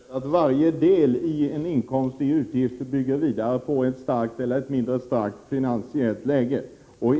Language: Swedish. Herr talman! Varje inkomst och utgift bygger vidare på ett starkt eller mindre starkt finansiellt läge.